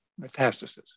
metastasis